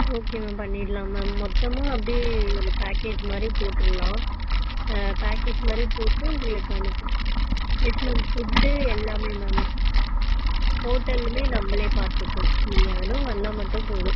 okay ma'am பண்ணிடலாம் ma'am மொத்தமாக அப்படியே ஒரு பேக்கேஜ் மாதிரி போட்டுடலாம் பேக்கேஜ் மாதிரி போட்டு உங்களுக்கு அனுப்பின எஸ் மேம் ஃபுட்டு எல்லாமே மேம் ஹோட்டலும் நம்பளே பார்த்துப்போம் நீங்கள் வெறும் வந்தால் மட்டும் போதும்